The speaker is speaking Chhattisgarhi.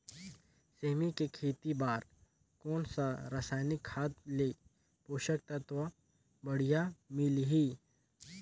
सेमी के खेती बार कोन सा रसायनिक खाद ले पोषक तत्व बढ़िया मिलही?